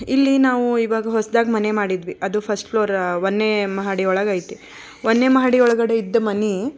ಇಲ್ಲಿ ನಾವು ಈವಾಗ ಹೊಸ್ದಾಗಿ ಮನೆ ಮಾಡಿದ್ವಿ ಅದು ಫಸ್ಟ್ ಫ್ಲೋರ್ ಒಂದನೇ ಮಹಡಿ ಒಳಗೆ ಐತೆ ಒಂದನೇ ಮಹಡಿಯೊಳಗಡೆ ಇದ್ದ ಮನೆ